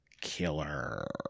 killer